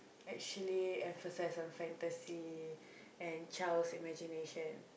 actually emphasise on fantasy and child's imagination